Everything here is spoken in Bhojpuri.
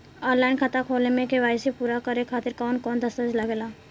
आनलाइन खाता खोले में के.वाइ.सी पूरा करे खातिर कवन कवन दस्तावेज लागे ला?